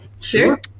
Sure